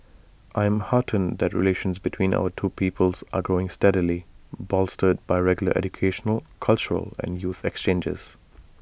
I am heartened that relations between our two peoples are growing steadily bolstered by regular educational cultural and youth exchanges